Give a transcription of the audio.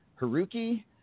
Haruki